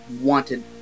wanted